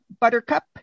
buttercup